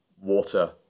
water